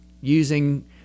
using